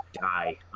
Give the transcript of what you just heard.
die